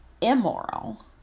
immoral